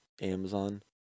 Amazon